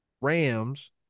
Rams